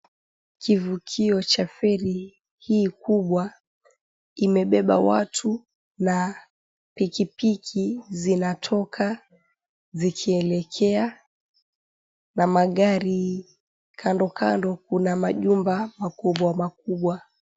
Kivukio cha feri hii kubwa imebeba watu na pikipiki zinatoka zikielekea na magari kandokando kuna majumba makubwamakubwa.